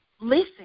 listen